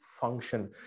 function